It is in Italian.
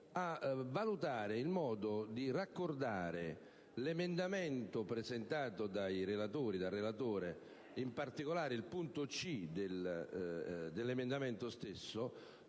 a valutare il modo di raccordare l'emendamento presentato dai relatori, in particolare il punto *c)* dell'emendamento stesso,